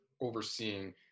overseeing